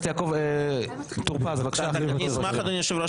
אדוני היושב-ראש,